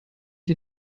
ihr